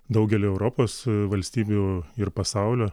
daugelyje europos valstybių ir pasaulio